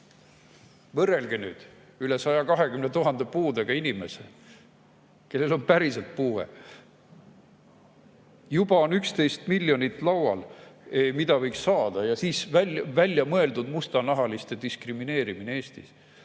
Võrrelge nüüd: üle 120 000 puudega inimese, kellel on päriselt puue! Aga juba on 11 miljonit laual, mida võiks saada, ja siis väljamõeldud mustanahaliste diskrimineerimine Eestis.